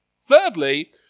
Thirdly